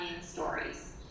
stories